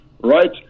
right